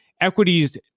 equities